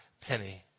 penny